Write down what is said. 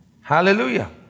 Hallelujah